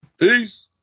Peace